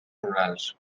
rurals